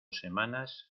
semanas